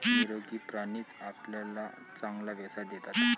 निरोगी प्राणीच आपल्याला चांगला व्यवसाय देतात